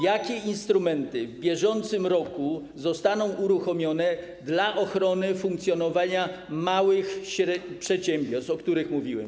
Jakie instrumenty w bieżącym roku zostaną uruchomione dla ochrony funkcjonowania małych przedsiębiorstw, o których mówiłem?